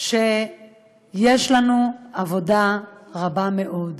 שיש לנו עבודה רבה מאוד.